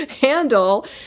handle